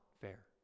fair